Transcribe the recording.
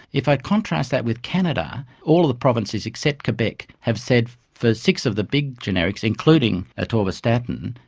if i contrast that with canada, all of the provinces except quebec have said for six of the big generics, including ah atorvastatin,